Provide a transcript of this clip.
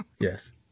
Yes